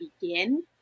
begin